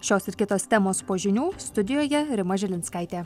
šios ir kitos temos po žinių studijoje rima žilinskaitė